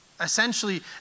essentially